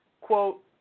quote